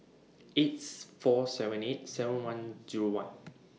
eights four seven eight seven one Zero one